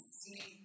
see